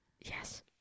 Yes